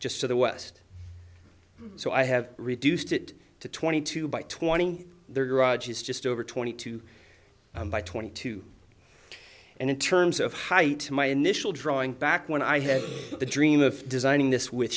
just to the west so i have reduced it to twenty two by twenty their garage is just over twenty two by twenty two and in terms of height my initial drawing back when i had the dream of designing this w